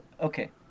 Okay